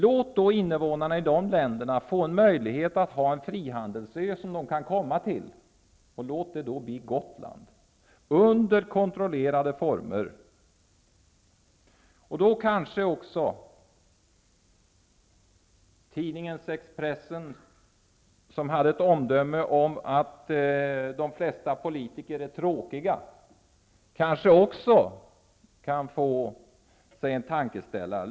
Låt därför invånarna där få en möjlighet att komma till en frihandelsö, och låt det bli Gotland -- under kontrollerade former. Då kanske också tidningen Expressen, som innehöll ett omdöme om att de flesta politiker är tråkiga, kan få sig en tankeställare.